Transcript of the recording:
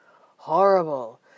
Horrible